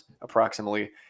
approximately